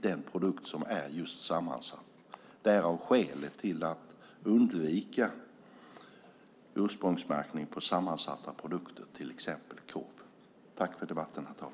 Det är skälet till att undvika ursprungsmärkning på sammansatta produkter, till exempel korv.